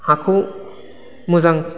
हाखौ मोजां